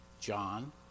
John